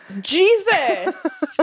Jesus